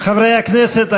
חברי הכנסת,